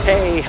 Hey